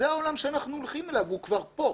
זה העולם שאנחנו הולכים אליו, והוא כבר פה.